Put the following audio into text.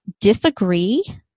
disagree